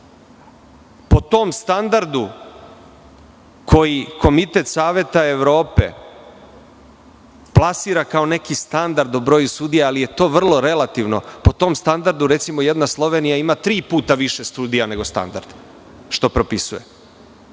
tom standardu koji Komitet Saveta Evrope plasira kao neki standard o broju sudija, ali je to vrlo relativno, po tom standardu, recimo, jedna Slovenija ima tri puta više sudija nego što propisuje